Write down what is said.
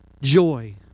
joy